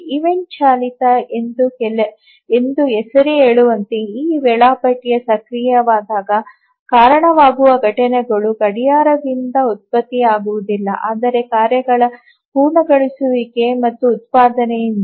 event ಚಾಲಿತ ಎಂದು ಹೆಸರೇ ಹೇಳುವಂತೆ ಈ ವೇಳಾಪಟ್ಟಿಗಳು ಸಕ್ರಿಯವಾಗಲು ಕಾರಣವಾಗುವ ಘಟನೆಗಳು ಗಡಿಯಾರದಿಂದ ಉತ್ಪತ್ತಿಯಾಗುವುದಿಲ್ಲ ಆದರೆ ಕಾರ್ಯಗಳ ಪೂರ್ಣಗೊಳಿಸುವಿಕೆ ಮತ್ತು ಉತ್ಪಾದನೆಯಿಂದ